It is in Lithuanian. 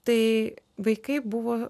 tai vaikai buvo